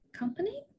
company